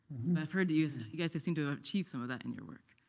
i've heard you use you guys have seemed to have achieved some of that in your work.